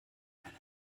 eine